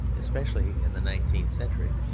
especially in the nineteenth century,